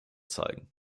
zeigen